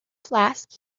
flask